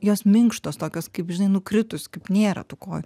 jos minkštos tokios kaip žinai nukritus kaip nėra tų kojų